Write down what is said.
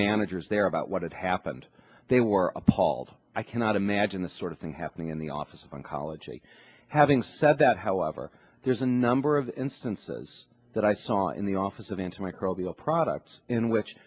managers there about what had happened they were appalled i cannot imagine the sort of thing happening in the office of oncology having said that however there's a number of instances that i saw in the office of anti microbial products in which